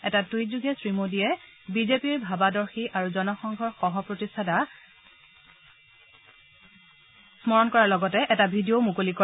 এটা টুইটযোগে শ্ৰীমোদীয়ে বিজেপিৰ ভাবাদৰ্শী আৰু জনসংঘৰ সহ প্ৰতিষ্ঠাতা গৰাকীক স্মৰণ কৰাৰ লগতে এটা ভি ডি অও মুকলি কৰে